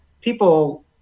people